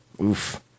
Oof